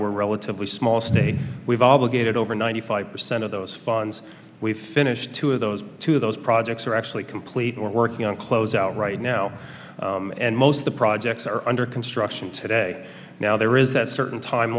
were relatively small states we've all get it over ninety five percent of those funds we finished two of those two of those projects are actually complete or working on close out right now and most of the projects are under construction today now there is that certain time